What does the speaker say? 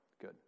Good